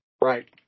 Right